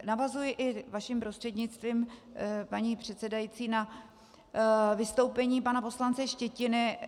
Navazuji, vaším prostřednictvím, paní předsedající, na vystoupení pana poslance Štětiny.